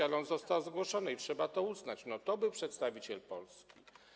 Ale on został zgłoszony i trzeba to uznać, to był przedstawiciel Polski.